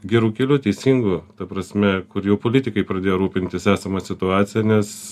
geru keliu teisingu ta prasme kur jau politikai pradėjo rūpintis esama situacija nes